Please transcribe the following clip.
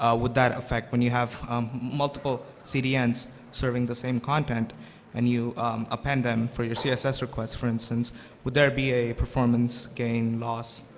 ah would that affect when you have multiple cdns serving the same content and you append them for your css requests, for instance would there be a performance gain loss?